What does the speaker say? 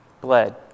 bled